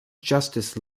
justice